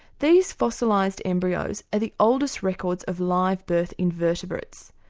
these fossilised embryos are the oldest records of live birth invertebrates,